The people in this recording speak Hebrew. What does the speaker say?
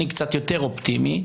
אני קצת יותר אופטימי.